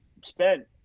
spent